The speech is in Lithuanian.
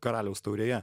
karaliaus taurėje